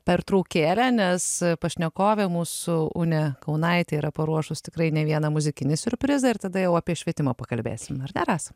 pertraukėlę nes pašnekovė mūsų unė kaunaitė yra paruošus tikrai ne vieną muzikinį siurprizą ir tada jau apie švietimą pakalbėsim ar ne rasa